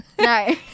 No